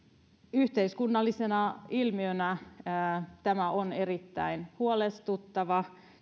yhteiskunnallisena ilmiönä tämä kiusaamisasia on erittäin huolestuttava